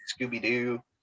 scooby-doo